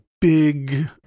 big